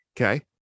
Okay